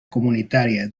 comunitària